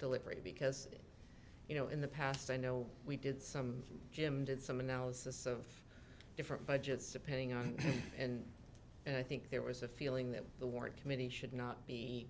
delivery because you know in the past i know we did some jim did some analysis of different budgets depending on and i think there was a feeling that the warrant committee should not be